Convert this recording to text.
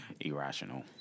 Irrational